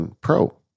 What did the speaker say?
Pro